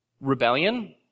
rebellion